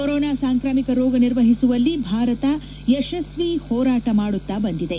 corona ಸಾಂಕ್ರಾಮಿಕ ರೋಗ ನಿರ್ವಹಿಸುವಲ್ಲಿ ಭಾರತ ಯಶಸ್ವಿ ಹೋರಾಟ ಮಾಡುತ್ತಾ ಬಂದಿದೆ